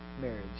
marriage